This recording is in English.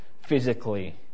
physically